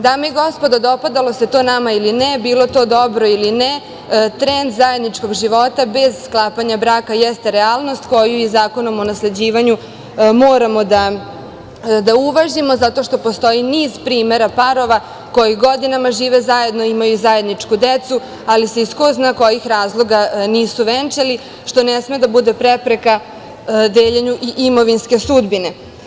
Dame i gospodo, dopadalo se to nama ili ne, bilo to dobro ili ne, trend zajedničkog života bez sklapanja braka jeste realnost koju Zakonom o nasleđivanju moramo da uvažimo zato što postoji niz primera parova koji godinama žive zajedno i imaju zajedničku ženu, ali se iz ko zna kojeg razloga nisu venčali, što ne sme da bude prepreka deljenju imovinske sudbine.